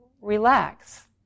relax